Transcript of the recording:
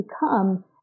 become